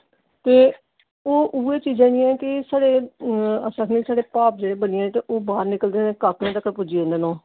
ते ओह् उ'ऐ चीजां जेह्ड़ियां कि अस आखने साढ़े भाव बनियै ते ओह् बाह्र निकलदे न अपने तक्कर पुज्जी जंदे न ओह्